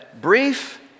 brief